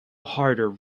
harder